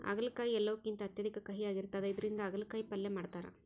ಆಗಲಕಾಯಿ ಎಲ್ಲವುಕಿಂತ ಅತ್ಯಧಿಕ ಕಹಿಯಾಗಿರ್ತದ ಇದರಿಂದ ಅಗಲಕಾಯಿ ಪಲ್ಯ ಮಾಡತಾರ